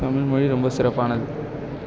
தமிழ்மொழி ரொம்ப சிறப்பானது